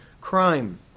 crime